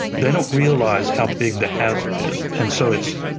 they don't realize how big the hazard is, and so it's,